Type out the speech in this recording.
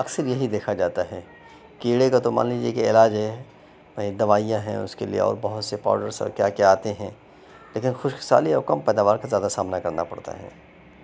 اکثر یہی دیکھا جاتا ہے کیڑے کا تو مان لیجیے کہ علاج ہے دوائیاں ہیں اُس کے لیے اور بہت سے پاوڈر سب کیا کیا آتے ہیں لیکن خشک سالی اور کم پیداوار کا زیادہ سامنا کرنا پڑتا ہے